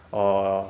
or